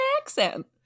accent